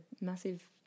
massive